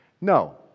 No